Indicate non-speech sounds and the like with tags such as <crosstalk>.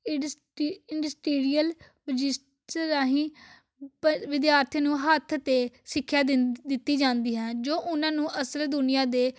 ਇਡਸ industrial <unintelligible> ਰਾਹੀਂ ਵਿਦਿਆਰਥੀਆਂ ਨੂੰ ਹੱਥ 'ਤੇ ਸਿੱਖਿਆ ਦਿੰਨ ਦਿੱਤੀ ਜਾਂਦੀ ਹੈ ਜੋ ਉਹਨਾਂ ਨੂੰ ਅਸਲ ਦੁਨੀਆਂ ਦੇ